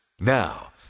Now